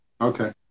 okay